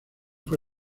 fue